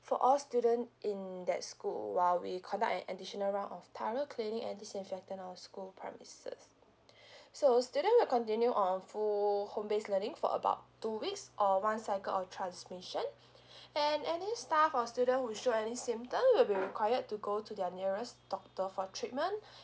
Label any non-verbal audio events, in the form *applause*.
for all student in that school while we conduct an additional round of thorough cleaning and disinfectant our school premises *breath* so student will continue on full home based learning for about two weeks or one cycle or transmission *breath* and any staff or student who show any symptom will be required to go to their nearest doctor for treatment *breath*